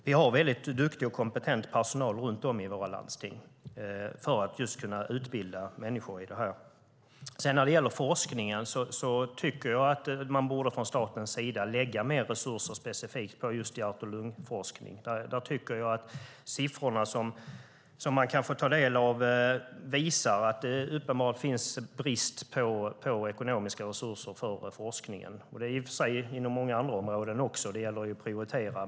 Vi har väldigt duktig och kompetent personal runt om i våra landsting för att kunna utbilda människor i det här. När det sedan gäller forskningen tycker jag att man från statens sida borde lägga mer resurser specifikt på hjärt-lungforskning. De siffror som man kan ta del av visar att det uppenbart finns brist på ekonomiska resurser för forskningen. Så är det i och för sig inom många andra områden också, och det gäller att prioritera.